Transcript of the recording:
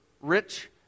rich